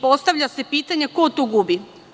Postavlja se pitanje – ko tu gubi?